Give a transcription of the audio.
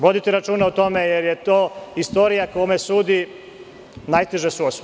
Vodite računa o tome jer istorija kome sudi, najteže su osude.